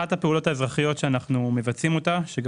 אחת הפעולות האזרחיות שאנחנו מבצעים שגם